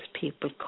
people